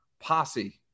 posse